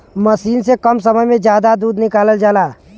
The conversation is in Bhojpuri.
मसीन से कम समय में जादा दूध निकालल जाला